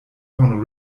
von